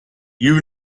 you